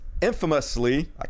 infamously